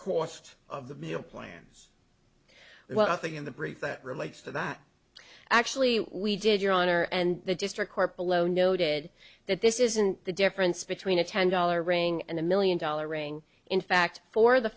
cost of the meal plans well i think in the brief that relates to that actually we did your honor and the district court below noted that this isn't the difference between a ten dollar ring and a million dollar ring in fact for the